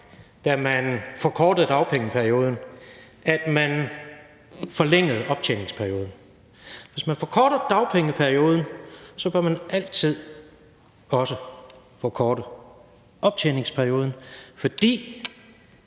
da man forkortede dagpengeperioden, at man forlængede optjeningsperioden. Hvis man forkorter dagpengeperioden, bør man også altid forkorte optjeningsperioden, fordi